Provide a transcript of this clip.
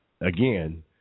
Again